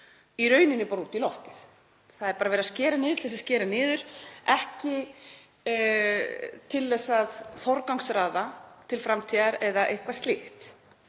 skera niður út í loftið. Það er bara verið að skera niður til að skera niður, ekki til að forgangsraða til framtíðar eða eitthvað slíkt.